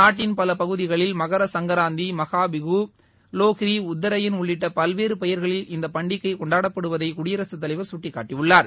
நாட்டின் பல பகுதிகளில் மகரசங்கராந்தி மகா பிஹூ லோஹ்ரி உத்தரையன் உள்ளிட்ட பல்வேறு பெயர்களில் இந்த பண்டிகை கொண்டாடாடப்படுவதை குடியரசுத் தலைவர் சுட்டிக்காட்டியுள்ளார்